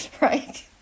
right